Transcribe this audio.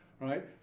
right